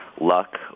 luck